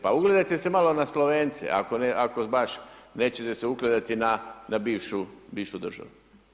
Pa ugledajte se malo na Slovence ako baš nećete se ugledati na bivšu državu.